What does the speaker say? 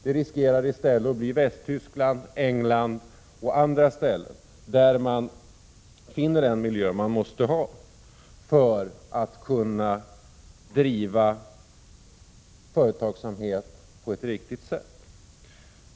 Det finns en risk att det i stället blir Västtyskland eller England, eller något annat ställe där man finner den miljö som erfordras för att man skall kunna driva företagsamhet på ett riktigt sätt.